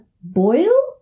boil